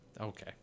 Okay